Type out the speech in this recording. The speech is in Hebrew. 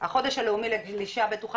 החודש הלאומי לגלישה בטוחה.